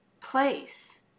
place